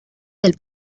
del